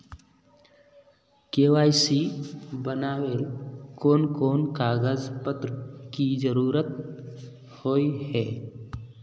KYC बनावेल कोन कोन कागज पत्र की जरूरत होय है?